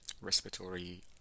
respiratory